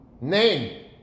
Name